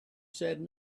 said